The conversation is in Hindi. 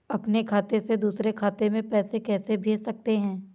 अपने खाते से दूसरे खाते में पैसे कैसे भेज सकते हैं?